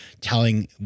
telling